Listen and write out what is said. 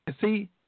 See